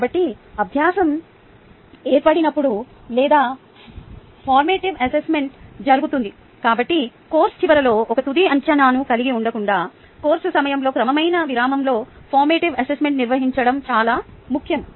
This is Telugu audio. కాబట్టి అభ్యాసం ఏర్పడినప్పుడు లేదా ఫార్మేటివ్ అసెస్మెంట్ జరుగుతుంది కాబట్టి కోర్సు చివరిలో ఒక తుది అంచనాను కలిగి ఉండకుండా కోర్సు సమయంలో క్రమమైన విరామంలో ఫార్మేటివ్ అసెస్మెంట్ నిర్వహించడం చాలా ముఖ్యం